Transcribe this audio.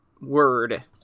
word